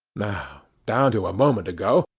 now, down to a moment ago,